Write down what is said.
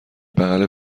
بغل